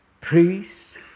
priests